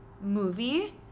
movie